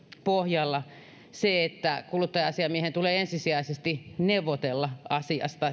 pohjalla se että kuluttaja asiamiehen tulee ensisijaisesti neuvotella asiasta